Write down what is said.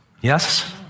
Yes